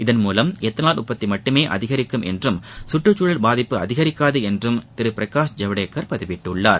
இதன் மூலம் எத்தனால் உற்பத்தி மட்டும் அதிகரிக்கும் என்றும் கற்றுச்சூழல் பாதிப்பு அதிகரிக்காது என்றும் திரு பிரகாஷ் ஜவடேக்கர் பதிவிட்டுள்ளார்